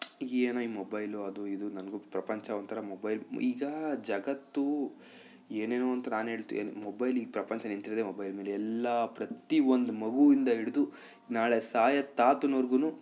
ಏನೋ ಈ ಮೊಬೈಲು ಅದು ಇದು ನನಗೂ ಪ್ರಪಂಚ ಒಂಥರ ಮೊಬೈಲ್ ಈಗ ಜಗತ್ತು ಏನೆನೋ ಅಂತ ನಾನು ಹೇಳ್ತೇನೆ ಮೊಬೈಲ್ ಈ ಪ್ರಪಂಚ ನಿಂತಿರೋದೆ ಮೊಬೈಲ್ ಮೇಲೆ ಎಲ್ಲ ಪ್ರತಿ ಒಂದು ಮಗುವಿಂದ ಹಿಡ್ದು ನಾಳೆ ಸಾಯೋ ತಾತನವರೆಗೂ